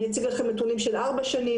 אני אציג נתונים של ארבע שנים,